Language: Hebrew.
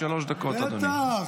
שלוש דקות, אדוני.